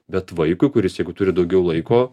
bet vaikui kuris jeigu turi daugiau laiko